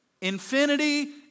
infinity